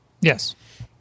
Yes